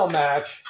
match